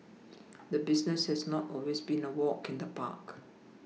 the business has not always been a walk in the park